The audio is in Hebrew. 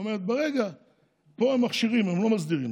פה הם מכשירים, הם לא מסדירים.